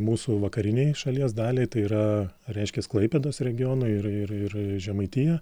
mūsų vakarinei šalies daliai tai yra reiškias klaipėdos regioną ir ir ir žemaitiją